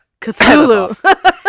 Cthulhu